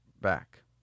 back